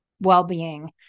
well-being